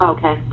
Okay